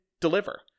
deliver